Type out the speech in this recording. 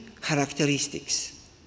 characteristics